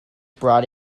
brought